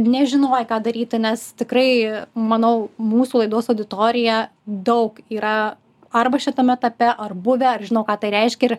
gi nežinojai ką daryti nes tikrai manau mūsų laidos auditorija daug yra arba šitame etape ar buvę ar žino ką tai reiškia ir